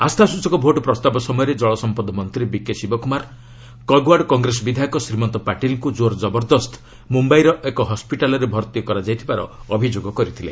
ଆସ୍ଥାସ୍ଟଚକ vote ପ୍ରସ୍ତାବ ସମୟରେ ଜଳସମ୍ପଦ ମନ୍ତ୍ରୀ ବିକେ ଶିବକୁମାର କଗୱାର୍ଡ଼ କଂଗ୍ରେସ ବିଧାୟକ ଶ୍ରୀମନ୍ତ ପାଟିଲ୍ଙ୍କୁ ଜୋର୍ ଜବରଦସ୍ତ ମୁମ୍ୟାଇର ଏକ ହସ୍କିଟାଲ୍ରେ ଭର୍ତ୍ତି କରାଯାଇଥିବାର ଅଭିଯୋଗ କରିଥିଲେ